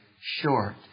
short